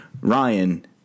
Ryan